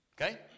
Okay